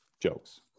jokes